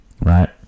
right